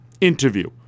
interview